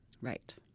Right